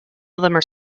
are